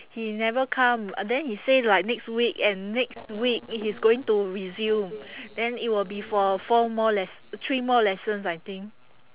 he never come uh then he say like next week and next week he's going to resume then it will be for four more les~ three more lessons I think